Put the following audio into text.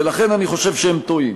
ולכן אני חושב שהם טועים.